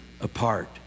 apart